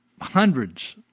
hundreds